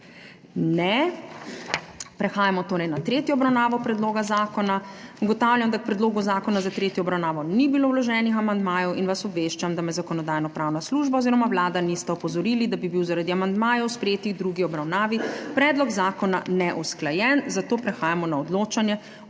Ne. Prehajamo torej na tretjo obravnavo predloga zakona. Ugotavljam, da k predlogu zakona za tretjo obravnavo ni bilo vloženih amandmajev, in vas obveščam, da me Zakonodajno-pravna služba oziroma Vlada nista opozorili, da bi bil zaradi amandmajev, sprejetih v drugi obravnavi, predlog zakona neusklajen, zato prehajamo na odločanje